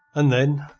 and then,